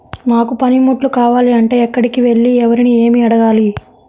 నాకు పనిముట్లు కావాలి అంటే ఎక్కడికి వెళ్లి ఎవరిని ఏమి అడగాలి?